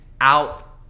out